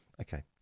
Okay